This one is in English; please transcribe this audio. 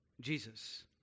Jesus